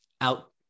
out